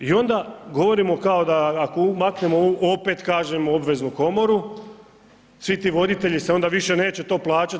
I onda govorimo kao da ako maknemo opet kažem obveznu komoru svi ti voditelji se onda više neće to plaćati.